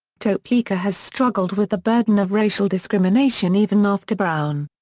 topeka has struggled with the burden of racial discrimination even after brown.